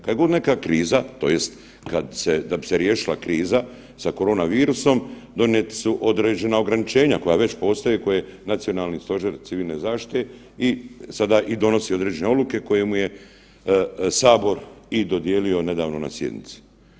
Kad god je neka kriza tj. kad se, da bi se riješila kriza sa koronavirusom, donijeta su određena ograničenja koja već postoje i koje je Nacionalni stožer civilne zaštite i sada i donosi određene odluke, koje mu je Sabor i dodijelio nedavno na sjednici.